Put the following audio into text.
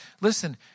listen